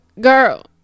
Girl